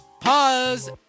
pause